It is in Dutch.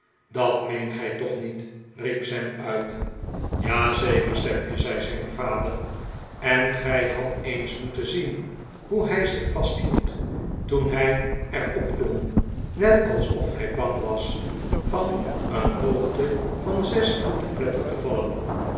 dat meent gij toch niet riep sam uit ja zeker sampje zei zijn vader en gij hadt eens moeten zien hoe hij zich vastbield toen hij er opklom net alsof hij bang was van een hoogte van zes voet te pletter te vallen